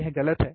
यह गलत है